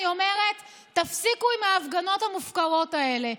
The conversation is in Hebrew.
אני אומרת: תפסיקו עם ההפגנות המופקרות האלה.